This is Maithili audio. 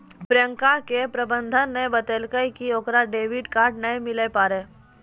प्रियंका के प्रबंधक ने बतैलकै कि ओकरा क्रेडिट कार्ड नै मिलै पारै